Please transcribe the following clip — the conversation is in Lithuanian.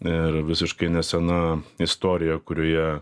ir visiškai nesena istorija kurioje